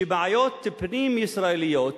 שבעיות פנים-ישראליות